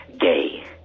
gay